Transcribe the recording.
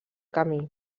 camí